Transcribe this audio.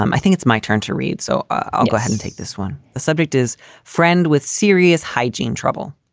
um i think it's my turn to read. so i'll go ahead and take this one. the subject is friend with serious hygiene trouble.